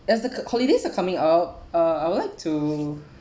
as the co~ holidays are coming out uh I would like to